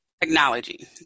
Technology